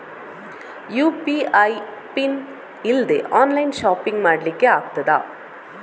UPI PIN ಇಲ್ದೆ online shopping ಮಾಡ್ಲಿಕ್ಕೆ ಆಗ್ತದಾ?